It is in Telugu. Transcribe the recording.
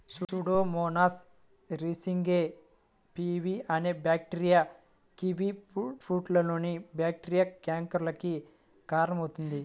సూడోమోనాస్ సిరింగే పివి అనే బ్యాక్టీరియా కివీఫ్రూట్లోని బ్యాక్టీరియా క్యాంకర్ కి కారణమవుతుంది